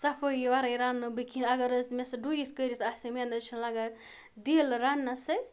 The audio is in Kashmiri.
صفٲیی وَرٲے رنٛنہٕ بہٕ کِہیٖنۍ اَگر حظ مےٚ سہٕ ڈُیِتھ کٔرِتھ آسہِ مےٚ نہ حظ چھِنہٕ لَگان دِلہٕ رَنٛنَس سۭتۍ